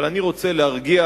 אבל אני רוצה להרגיע